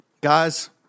Guys